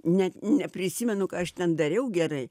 net neprisimenu ką aš ten dariau gerai